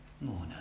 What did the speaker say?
no